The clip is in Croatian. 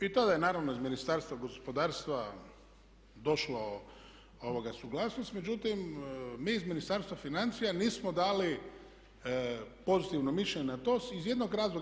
I tada je naravno iz Ministarstva gospodarstva došla suglasnost, međutim mi iz Ministarstva financija nismo dali pozitivno mišljenje na to iz jednog razloga.